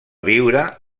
viure